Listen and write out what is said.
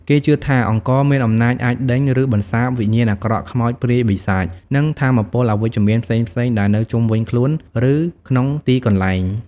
គេជឿថា អង្ករមានអំណាចអាចដេញ ឬបន្សាបវិញ្ញាណអាក្រក់ ខ្មោច ព្រាយ បិសាច និងថាមពលអវិជ្ជមានផ្សេងៗដែលនៅជុំវិញខ្លួន ឬក្នុងទីកន្លែង។